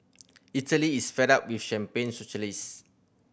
Italy is fed up with champagne socialist